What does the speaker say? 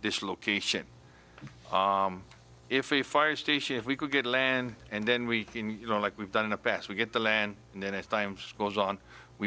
this location if the fire station if we could get land and then we don't like we've done in the past we get the land and then as time goes on we